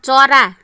चरा